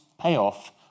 payoff